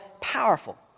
powerful